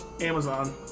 Amazon